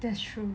that's true